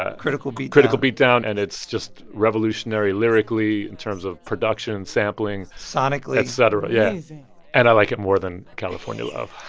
ah critical beatdown. critical beatdown, and it's just revolutionary lyrically, in terms of production, sampling. sonically. et cetera yeah amazing and i like it more than california love.